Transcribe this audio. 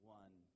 one